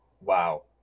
Wow